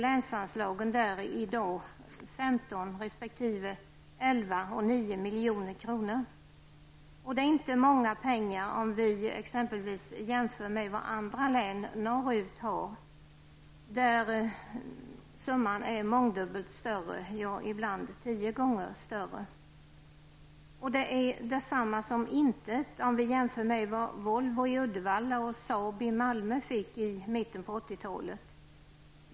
milj.kr Detta är inte stora pengar jämfört med vad andra län norrut har, där summan är mångdubbelt större, ibland 10 gånger större. Detta är detsamma som intet om vi jämför med vad Volvo i Uddevalla och Saab i Malmö fick i mitten av 80-talet.